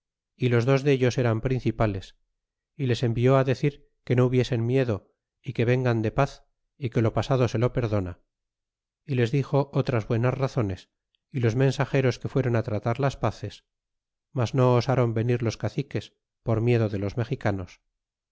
pasadaeor los dos dellos eran principales y les envió decir que no hubiesen miedo y que vengan de paz y que lo pasado se lo perdona y les dixo otras buenas razones y los mensageros que fuéron tratar las paces mas no osron venir los caciques por miedo de los mexicanos